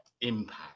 impact